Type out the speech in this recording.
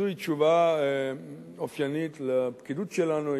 שזוהי תשובה אופיינית לפקידות שלנו.